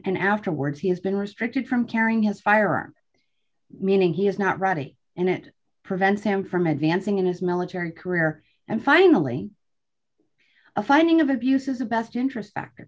and afterwards he has been restricted from carrying his firearm meaning he is not ready and it prevents him from advancing in his military career and finally a finding of abuse is a best interest fac